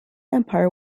empire